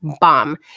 Bomb